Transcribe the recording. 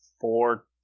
four